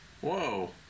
Whoa